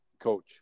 coach